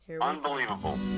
Unbelievable